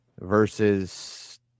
versus